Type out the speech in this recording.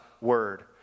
word